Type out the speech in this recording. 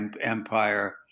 empire